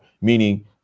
meaning